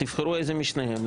תבחרו איזה משניהם,